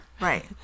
right